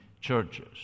churches